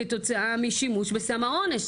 כתוצאה משימוש בסם האונס.